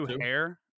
hair